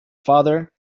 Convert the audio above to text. father